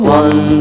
one